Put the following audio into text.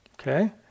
Okay